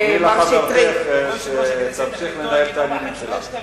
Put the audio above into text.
תני לחברתך שתמשיך לנהל את העניינים שלה.